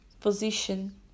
position